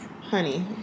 Honey